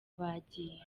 bagiye